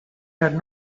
had